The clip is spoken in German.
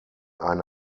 eine